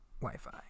Wi-Fi